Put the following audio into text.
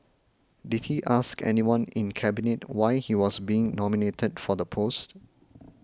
did he ask anyone in Cabinet why he was being nominated for the post